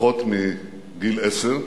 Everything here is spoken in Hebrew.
פחות מבני עשר,